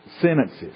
sentences